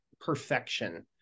perfection